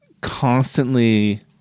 constantly